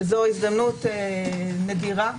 שזו הזדמנות נדירה.